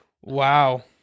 Wow